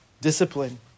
Discipline